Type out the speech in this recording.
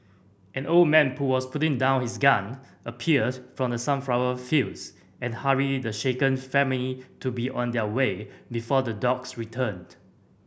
an old man who was putting down his gun appeared from the sunflower fields and hurried the shaken family to be on their way before the dogs return